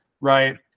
Right